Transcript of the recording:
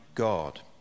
God